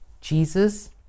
Jesus